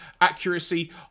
accuracy